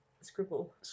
Scribble